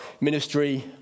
ministry